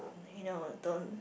you know don't